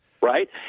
right